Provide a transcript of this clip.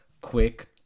quick